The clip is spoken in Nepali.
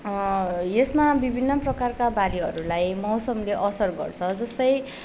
यसमा विभिन्न प्रकारका बालीहरूलाई मौसमले असर गर्छ जस्तै